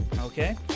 Okay